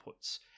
inputs